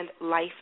life